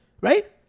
right